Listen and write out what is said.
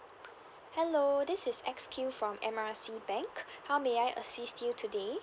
hello this is X Q from M R C bank how may I assist you today